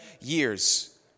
years